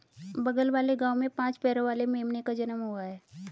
बगल वाले गांव में पांच पैरों वाली मेमने का जन्म हुआ है